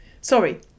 sorry